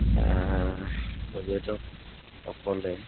পৰ্যটকসকলে